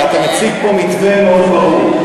אבל אתה מציג פה מתווה מאוד ברור.